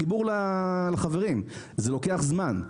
החיבור לחברים, וזה לוקח זמן.